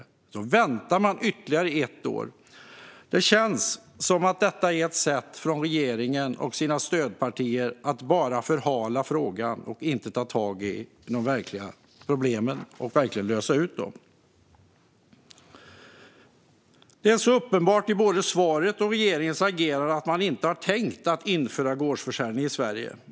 Man väntar ytterligare ett år. Det känns som om detta är ett sätt från regeringen och dess stödpartier att bara förhala frågan och inte ta tag i de verkliga problemen och verkligen lösa dem. Det är uppenbart i både svaret och regeringens agerande att man inte har tänkt införa gårdsförsäljning i Sverige.